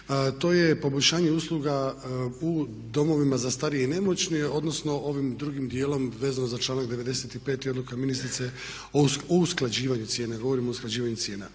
to je poboljšanje usluga u domovima za starije i nemoćne odnosno ovim drugim dijelom vezano za članak 95. odluka ministrice o usklađivanju cijena.